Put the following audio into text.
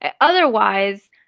Otherwise